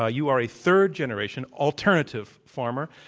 ah you are a third-generation alternative farmer.